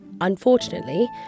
Unfortunately